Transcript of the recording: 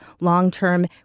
long-term